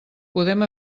podem